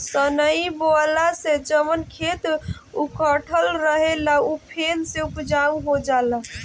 सनई बोअला से जवन खेत उकठल रहेला उ फेन से उपजाऊ हो जाला